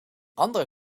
andere